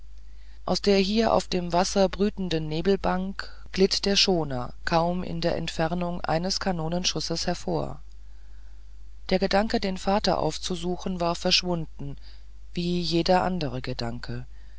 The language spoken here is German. aus der hier auf dem wasser brütenden nebelbank glitt der schoner kaum in der entfernung eines kanonenschusses hervor der gedanke den vater aufzusuchen war verschwunden wie jeder andere gedanke